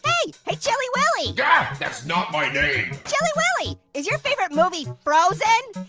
hey, hey chilly willy? gah, that's not my name. chilly willy, is your favorite movie frozen?